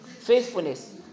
Faithfulness